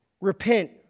Repent